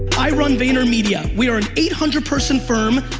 i run vaynermedia. we are an eight hundred person firm,